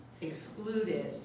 excluded